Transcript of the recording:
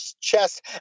chest